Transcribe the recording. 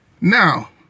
Now